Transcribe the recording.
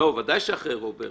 לא, בוודאי שאחרי רוברט.